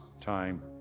time